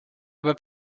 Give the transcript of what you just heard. aber